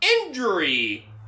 injury